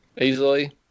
easily